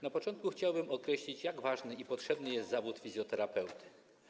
Na początku chciałbym powiedzieć, jak ważny i potrzebny jest zawód fizjoterapeuty.